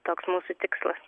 toks mūsų tikslas